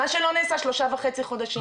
מה שלא נעשה שלושה וחצי חודשים.